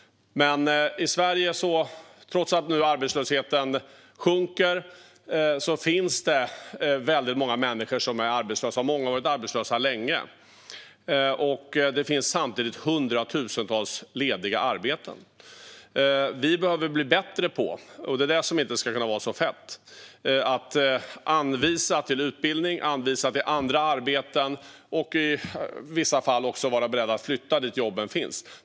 Trots att arbetslösheten i Sverige nu sjunker finns det dock väldigt många människor som är arbetslösa, och många har varit arbetslösa länge - samtidigt som det finns hundratusentals lediga arbeten. Det är det som inte ska kunna vara så fett. Vi behöver bli bättre på att anvisa till utbildning och till andra arbeten, och människor behöver i vissa fall också vara beredda att flytta dit jobben finns.